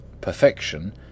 PERFECTION